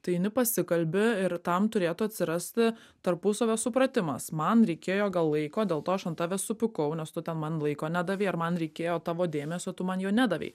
tai eini pasikalbi ir tam turėtų atsirasti tarpusavio supratimas man reikėjo gal laiko dėl to aš ant tavęs supykau nes tu ten man laiko nedavei ar man reikėjo tavo dėmesio tu man jo nedavei